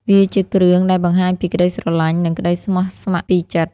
វាជាគ្រឿងដែលបង្ហាញពីក្តីស្រឡាញ់ និងក្តីស្មោះស្ម័គ្រពីចិត្ត។